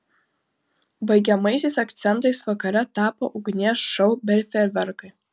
baigiamaisiais akcentais vakare tapo ugnies šou bei fejerverkai